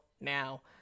now